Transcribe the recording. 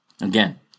Again